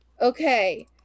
Okay